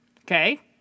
Okay